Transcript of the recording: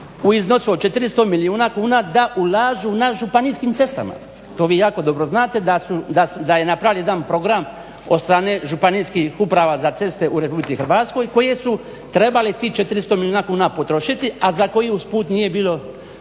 u iznosu od 400 milijuna kuna da ulažu na županijskim cestama. To vi jako dobro znate da je napravljen jedan program od strane županijskih uprava za ceste u Republici Hrvatskoj koje su trebale tih 400 milijuna kuna potrošiti, a za koje usput nije bilo